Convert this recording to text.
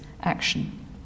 action